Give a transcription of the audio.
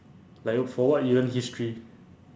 like you for what you learn history